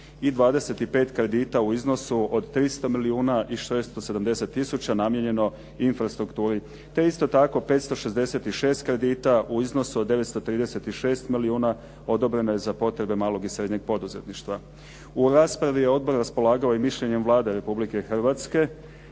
i 25 kredita u iznosu od 300 milijuna i 670 tisuća namijenjeno infrastrukturi te isto tako 566 kredita u iznosu od 936 milijuna odobreno je za potrebe malog i srednjeg poduzetništva. U raspravi je odbor raspolagao i mišljenjem Vlade Republike Hrvatske